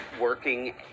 working